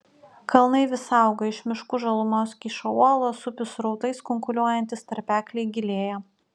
kalnai vis auga iš miškų žalumos kyšo uolos upių srautais kunkuliuojantys tarpekliai gilėja